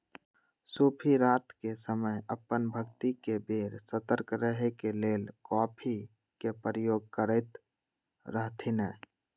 सूफी रात के समय अप्पन भक्ति के बेर सतर्क रहे के लेल कॉफ़ी के प्रयोग करैत रहथिन्ह